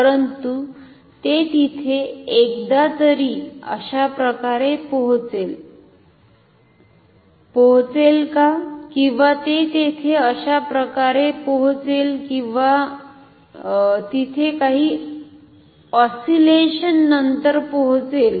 परंतु ते तिथे एकदातरी अशाप्रकारे पोहोचेल का किंवा ते तिथे अशाप्रकारे पोहोचेल किंवा ते तिथे काही ऑस्सिलेशन नंतर पोहोचेल